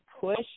push